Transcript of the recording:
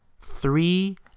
three